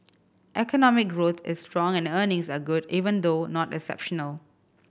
economic growth is strong and earnings are good even though not exceptional